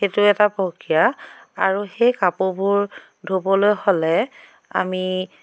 সেইটো এটা প্ৰক্ৰিয়া আৰু সেই কাপোৰবোৰ ধুবলৈ হ'লে আমি